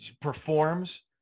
performs